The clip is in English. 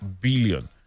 billion